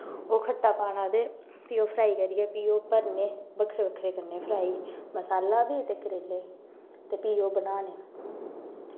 ओह् खट्टा पाना ते फ्ही ओह् फ्राई करियै ओह् भरने बक्खरे बक्खरे करने फ्राई मसाला बी ते करेले बी ते फ्ही ओह् बनाने